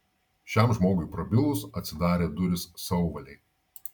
šiam žmogui prabilus atsidarė durys sauvalei